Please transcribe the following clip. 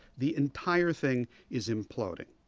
the entire thing is imploding.